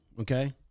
okay